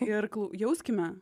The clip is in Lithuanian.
ir kl jauskime